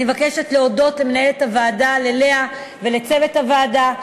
אני מבקשת להודות למנהלת הוועדה לאה ולצוות הוועדה,